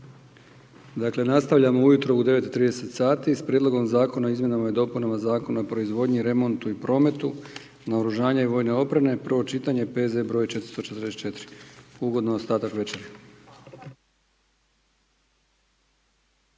Dakle, nastavljamo ujutro u 9,30 sati s Prijedlogom Zakona o izmjenama i dopunama Zakona o proizvodnji, remontu i prometu naoružanja i vojne opreme, prvo čitanje P.Z. broj 444. Ugodan ostatak večeri.